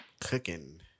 cooking